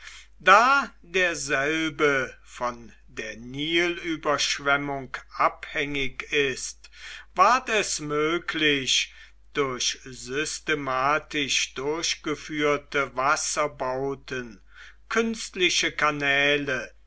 da derselbe von der nilüberschwemmung abhängig ist ward es möglich durch systematisch durchgeführte wasserbau ten künstliche kanäle